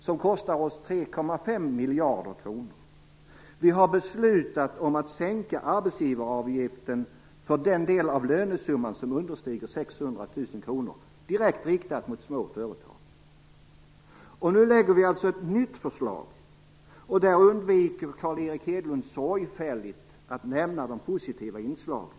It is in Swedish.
Den kostar oss 3,5 miljarder kronor. Vi har beslutat att sänka arbetsgivaravgiften för den del av lönesumman som understiger 600 000 kr. Det är direkt riktat till små företag. Nu lägger vi alltså fram ett nytt förslag, och där undviker Carl Erik Hedlund sorgfälligt att nämna de positiva inslagen.